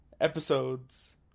episodes